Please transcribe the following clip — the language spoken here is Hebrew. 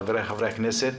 חבריי חברי הכנסת,